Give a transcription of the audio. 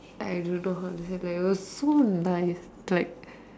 I don't know how to say it was like so nice like